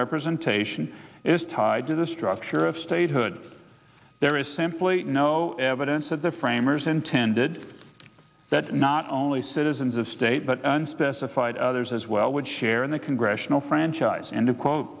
representation is tied to the structure of statehood there is simply no evidence that the framers intended that not only citizens of state but unspecified others as well would share in the congressional franchise and to quote